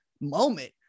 moment